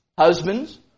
Husbands